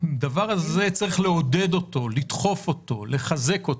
את הדבר הזה צריך לעודד, לדחוף, לחזק.